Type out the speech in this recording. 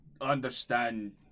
understand